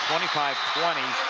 twenty five twenty,